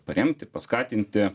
paremti paskatinti